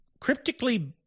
cryptically